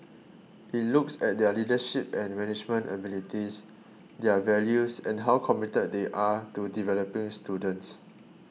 it looks at their leadership and management abilities their values and how committed they are to developing students